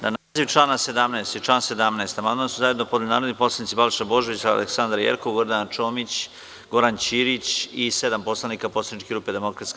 Na naziv člana 17. i član 17. amandman su zajedno podneli narodni poslanici Balša Božović, Aleksandra Jerkov, Gordana Čomić, Goran Ćirić i sedam poslanika poslaničke grupe DS.